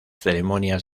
ceremonias